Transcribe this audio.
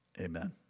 Amen